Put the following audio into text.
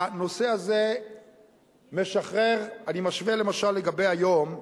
הנושא הזה משחרר, אני משווה למשל לגבי היום,